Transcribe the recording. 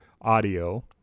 audio